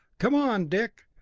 come on, dick!